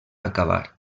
acabar